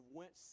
went